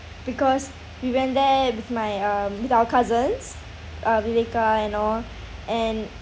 because we went there with my um with our cousins uh rebecca and all and